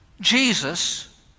Jesus